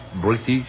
British